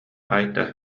айта